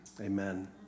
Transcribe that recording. amen